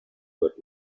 hört